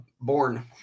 born